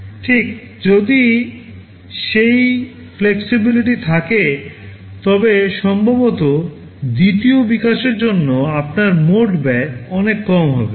ঠিক যদি সেই flexibility থাকে তবে সম্ভবত দ্বিতীয় বিকাশের জন্য আপনার মোট ব্যয় অনেক কম হবে